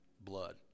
blood